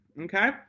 okay